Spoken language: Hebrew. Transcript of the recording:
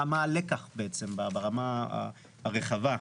מה הלקח ברמה הרחבה?